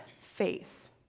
faith